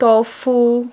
tofu